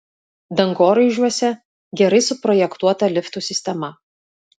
dangoraižiuose gerai suprojektuota liftų sistema